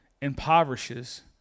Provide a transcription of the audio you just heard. impoverishes